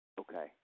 Okay